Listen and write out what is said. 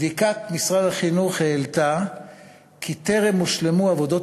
בדיקת משרד החינוך העלתה כי טרם הושלמו עבודות